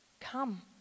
Come